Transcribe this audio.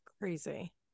crazy